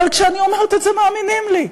אבל כשאני אומרת את זה, מאמינים לי,